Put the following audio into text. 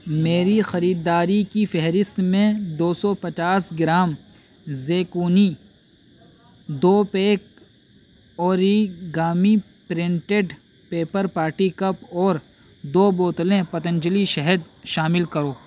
میری خریداری کی فہرست میں دو سو پچاس گرام زیکونی دو pack origami printed paper party cup اور دو بوتلیں پتنجلی شہد شامل کرو